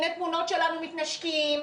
הנה תמונות שלנו מתנשקים,